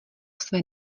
své